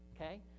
okay